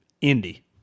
Indy